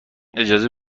اجازه